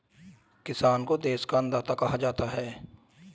किसान को देश का अन्नदाता कहा जाता है